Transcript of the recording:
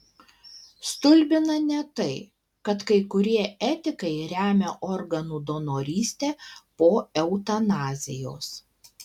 stulbina ne tai kad kai kurie etikai remia organų donorystę po eutanazijos